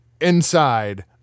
inside